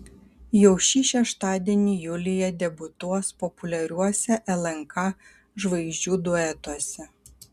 jau šį šeštadienį julija debiutuos populiariuose lnk žvaigždžių duetuose